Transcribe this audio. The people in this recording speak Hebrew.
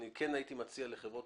כן הייתי מציע לחברות